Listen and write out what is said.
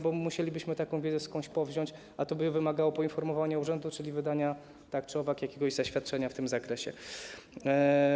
bo musielibyśmy taką wiedzą skądś powziąć, a to wymagałoby poinformowania urzędu, czyli wydania tak czy owak jakiegoś zaświadczenia w tym zakresie.